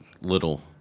little